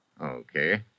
Okay